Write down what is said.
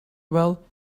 wel